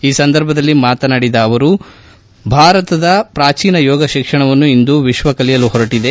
ಈ ಸಂದರ್ಭದಲ್ಲಿ ಮಾತನಾಡಿದ ಅವರು ಭಾರತದ ಪ್ರಾಚೀನ ಯೋಗ ಶಿಕ್ಷಣವನ್ನು ಇಂದು ವಿಶ್ವ ಕಲಿಯಲು ಹೊರಡಿದೆ